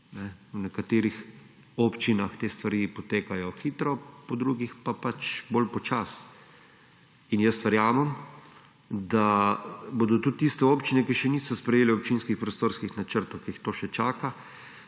V nekaterih občinah te stvari potekajo hitro, po drugih pa pač bolj počasi in verjamem, da bodo tudi tiste občine, ki še niso sprejele občinskih prostorskih načrtov, ki jih to še čaka,